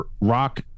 rock